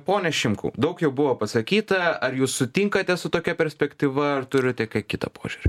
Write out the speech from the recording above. pone šimkau daug jau buvo pasakyta ar jūs sutinkate su tokia perspektyva ar turite ką kita požiūrį